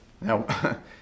Now